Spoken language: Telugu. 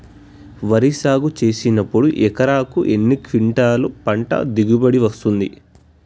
వరి సాగు చేసినప్పుడు ఎకరాకు ఎన్ని క్వింటాలు పంట దిగుబడి వస్తది?